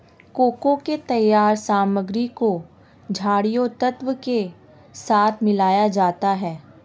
cocoa के तैयार सामग्री को छरिये तत्व के साथ मिलाया जाता है